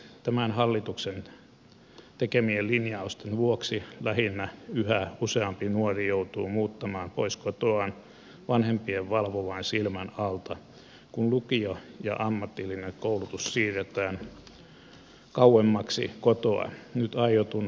tämän hallituksen teke mien linjausten vuoksi lähinnä yhä useampi nuori joutuu muuttamaan pois kotoaan vanhempien valvovan silmän alta kun lukio ja ammatillinen koulutus siirretään kauemmaksi kotoa nyt aiotun keskittämisen myötä